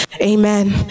Amen